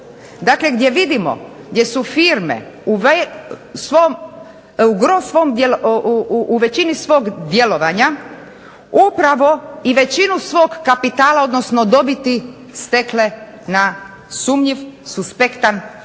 dakle gdje vidimo gdje su firme u većini svog djelovanja upravo i većinu svog kapitala odnosno dobiti stekle na sumnjiv, suspektan odnosno